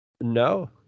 No